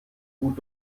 gut